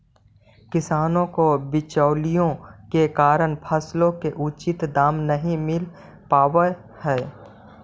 किसानों को बिचौलियों के कारण फसलों के उचित दाम नहीं मिल पावअ हई